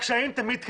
הקשיים תמיד קיימים.